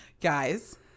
Guys